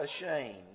ashamed